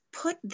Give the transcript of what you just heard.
put